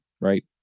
right